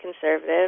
conservative